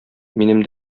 минем